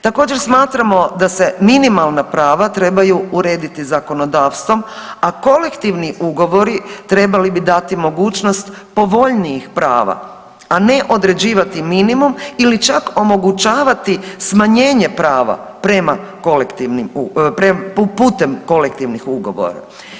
Također, smatramo da se minimalna prava trebaju urediti zakonodavstvom, a kolektivni ugovori trebali bi dati mogućnost povoljnijih prava, a ne određivati minimum ili čak omogućavati smanjenje prava prema kolektivnim .../nerazumljivo/... putem kolektivnih ugovora.